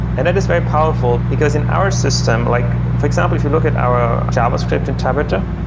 and that is very powerful, because in our system, like for example, if you look at our javascript interpreter,